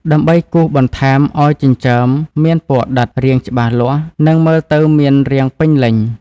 ដើម្បីគូសបន្ថែមឲ្យចិញ្ចើមមានពណ៌ដិត រាងច្បាស់លាស់ និងមើលទៅមានរាងពេញលេញ។